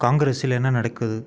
காங்கிரஸில் என்ன நடக்குது